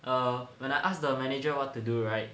err when I ask the manager what to do right